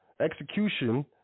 execution